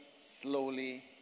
slowly